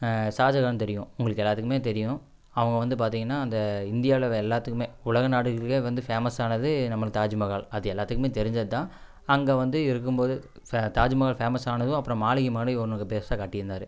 ஷாஜகான் தெரியும் உங்களுக்கு எல்லாருக்குமே தெரியும் அவங்க வந்து பார்த்தீங்கன்னா இந்த இந்தியாவில் உள்ள எல்லாத்துக்குமே உலக நாடுகளுக்கே வந்து ஃபேமஸ்ஸானது நம்மளோட தாஜ்மஹால் அது எல்லாத்துக்குமே தெரிஞ்சது தான் அங்க வந்து இருக்கும் போது ஃபே தாஜ்மஹால் ஃபேமஸ் ஆனதும் அப்புறம் மாளிகை மாதிரி ஒன்னும் கொஞ்சம் பெருசாக கட்டிருந்தார்